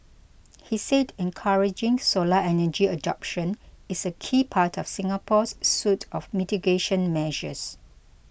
he said encouraging solar energy adoption is a key part of Singapore's suite of mitigation measures